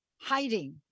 hiding